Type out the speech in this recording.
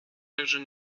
также